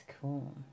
cool